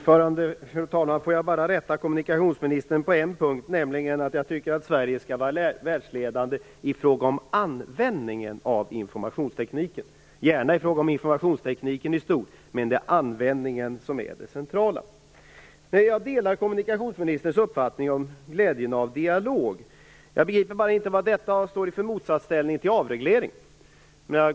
Fru talman! Får jag bara rätta kommunikationsministern på en punkt, nämligen att jag tycker att Sverige skall vara världsledande i fråga om användningen av informationstekniken, gärna i fråga om informationstekniken i stort, men det är användningen som är det centrala. Jag delar kommunikationsministerns uppfattning om glädjen av dialog. Jag begriper bara inte vad detta står i för motsatsställning till avreglering.